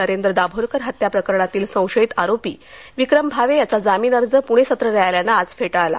नरेन्द्र दाभोलकर हत्या प्रकरणातील संशयित आरोपी विक्रम भावे याचा जामीन अर्ज पुणे सत्र न्यायालयानं आज फेटाळला